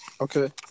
Okay